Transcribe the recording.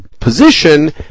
Position